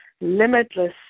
limitless